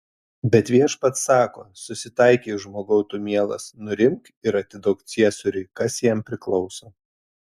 bet viešpats sako susitaikyk žmogau tu mielas nurimk ir atiduok ciesoriui kas jam priklauso